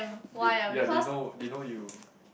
did ya they know they know you